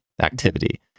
activity